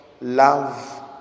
love